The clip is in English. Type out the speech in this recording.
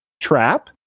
Trap